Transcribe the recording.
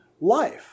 life